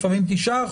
לפעמים 9%,